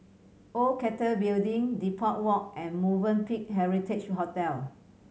Old Cathay Building Depot Walk and Movenpick Heritage Hotel